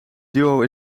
duo